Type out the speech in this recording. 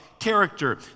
character